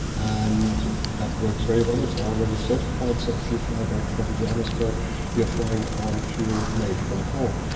and that works very well. it's already certified, so if you fly back from johannesburg you're flying on fuel made from coal.